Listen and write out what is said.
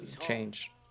change